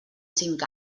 cinc